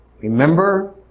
Remember